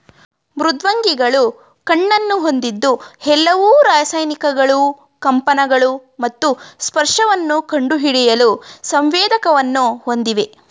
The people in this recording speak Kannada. ಮೃದ್ವಂಗಿಗಳು ಕಣ್ಣನ್ನು ಹೊಂದಿದ್ದು ಎಲ್ಲವು ರಾಸಾಯನಿಕಗಳು ಕಂಪನಗಳು ಮತ್ತು ಸ್ಪರ್ಶವನ್ನು ಕಂಡುಹಿಡಿಯಲು ಸಂವೇದಕವನ್ನು ಹೊಂದಿವೆ